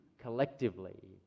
collectively